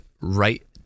right